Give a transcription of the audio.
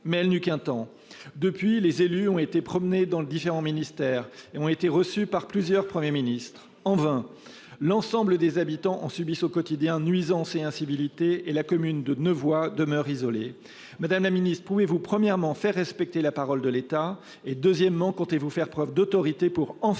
mais elle ne tint qu'un temps. Depuis, les élus ont été promenés dans différents ministères et ont été reçus par plusieurs premiers ministres. En vain ! L'ensemble des habitants subissent au quotidien, nuisances et incivilités, et la commune de Nevoy demeure isolée. Madame la ministre, pouvez-vous en priorité faire respecter la parole de l'État ? Comptez-vous faire preuve d'autorité pour enfin